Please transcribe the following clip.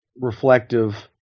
reflective